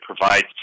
provides